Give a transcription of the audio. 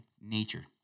Nature